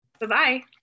Bye-bye